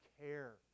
care